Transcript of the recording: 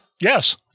Yes